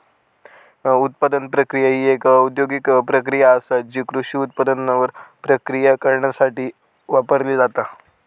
उत्पादन प्रक्रिया ही एक औद्योगिक प्रक्रिया आसा जी कृषी उत्पादनांवर प्रक्रिया करण्यासाठी वापरली जाता